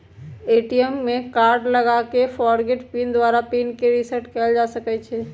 ATM में card लगा कऽ फ़ॉरगोट पिन द्वारा पिन के रिसेट कएल जा सकै छै